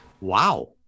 Wow